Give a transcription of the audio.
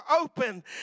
open